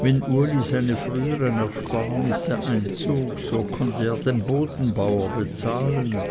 wenn uli seine frühern ersparnisse einzog so konnte er den bodenbauer bezahlen